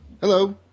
Hello